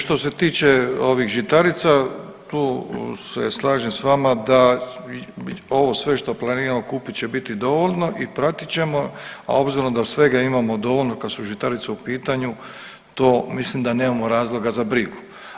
Što se tiče ovih žitarica tu se slažem s vama da ovo sve što planiramo kupiti će biti dovoljno i pratit ćemo, a obzirom da svega imamo dovoljno kad su žitarice u pitanje to mislim da nemamo razloga za brigu.